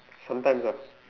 sometimes ah